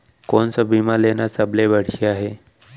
कोन स बीमा लेना सबले बढ़िया हे?